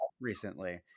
recently